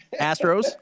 Astros